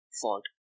Fault